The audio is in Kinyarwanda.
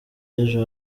y’ejo